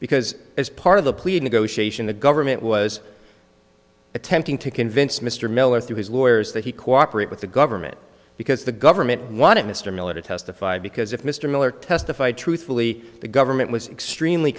because as part of the police negotiation the government was attempting to convince mr miller through his lawyers that he cooperate with the government because the government wanted mr miller to testify because if mr miller testified truthfully the government was extremely